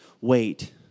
wait